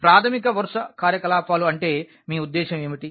ప్రాథమిక వరుస కార్యకలాపాలు అంటే మీ ఉద్దేశ్యం ఏమిటి